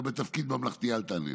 אתה בתפקיד ממלכתי, אל תענה לי.